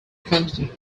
continue